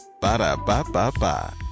ba-da-ba-ba-ba